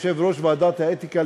יושב-ראש ועדת האתיקה,